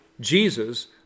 Jesus